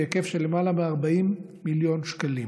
בהיקף של למעלה מ-40 מיליון שקלים.